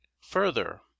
Further